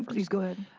please go ahead.